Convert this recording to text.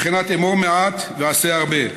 בבחינת אמור מעט ועשה הרבה.